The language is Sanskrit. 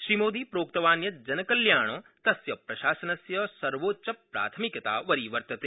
श्रीमोदि प्रोक्तवान् यत् जनकल्याण तस्य प्रशासनस्य सर्वोच्च प्राथमिकता वरीवर्तते